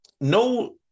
no